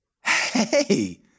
hey